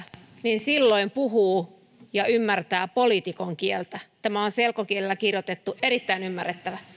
niin silloin puhuu ja ymmärtää poliitikon kieltä tämä on selkokielellä kirjoitettu erittäin ymmärrettävä